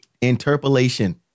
Interpolation